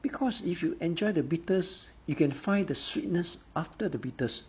because if you enjoy the bitters you can find the sweetness after the bitters